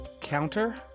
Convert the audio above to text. counter